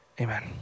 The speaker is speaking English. Amen